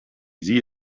sie